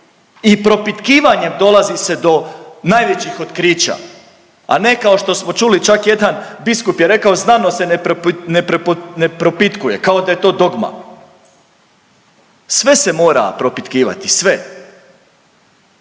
i propitkivanjem dolazi se do najvećih otkrića, a ne kao što smo čuli čak jedan biskup je rekao znanost se ne propitkuje kao da je to dogma. Sve se mora propitkivati, sve.